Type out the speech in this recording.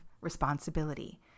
responsibility